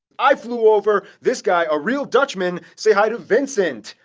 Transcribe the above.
i flew over this guy, a real dutchman. say hi to vincent!